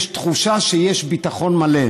יש תחושה שיש ביטחון מלא.